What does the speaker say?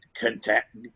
contact